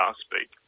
speak